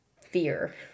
fear